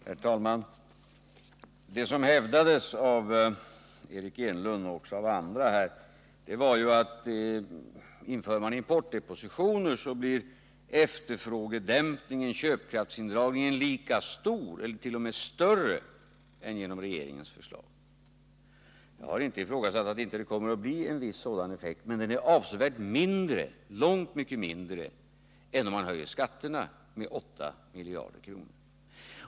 Herr talman! Det som hävdades av Eric Enlund och också av andra här var ju att inför man importdepositioner, så blir efterfrågedämpningen, köpkraftsindragningen, lika stor eller t.o.m. större än genom regeringens förslag. Jag har inte ifrågasatt att det inte kommer att bli en viss sådan effekt, men den blir långt mindre än om man höjer skatterna med 8 miljarder kronor.